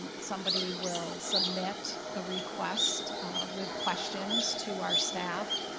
and somebody will submit a request with questions to our staff,